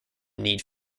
need